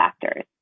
factors